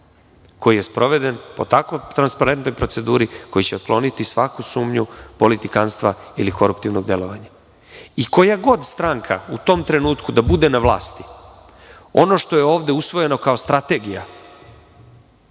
koji je sproveden po tako transparentnoj proceduri, koji će otkloniti svaku sumnju politikanstva ili koruptivnog delovanja. Koja god stranka u tom trenutku da bude na vlasti, ono pošto je ovde usvojeno kao strategija,